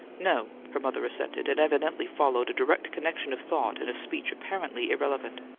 no, her mother assented, and evidently followed a direct connection of thought in a speech apparently irrelevant.